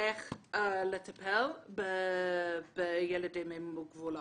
איך לטפל בילדים עם מוגבלות.